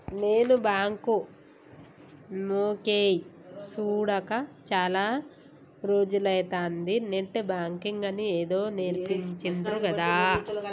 నేను బాంకు మొకేయ్ సూడక చాల రోజులైతంది, నెట్ బాంకింగ్ అని ఏదో నేర్పించిండ్రు గదా